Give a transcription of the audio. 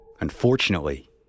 Unfortunately